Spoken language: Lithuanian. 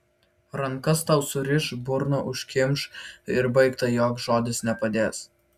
rankas tau suriš burną užkimš ir baigta joks žodis nepadės